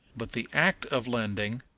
but the act of lending,